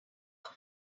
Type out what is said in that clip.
our